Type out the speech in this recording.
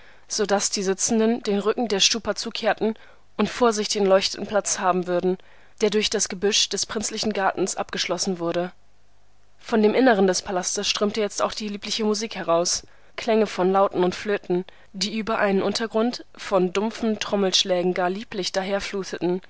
so daß die sitzenden den rücken der stupa zukehren und vor sich den erleuchteten platz haben würden der durch das gebüsch des prinzlichen gartens abgeschlossen wurde von dem inneren des palastes strömte jetzt auch eine liebliche musik heraus klänge von lauten und flöten die über einen untergrund von dumpfen trommelschlägen gar lieblich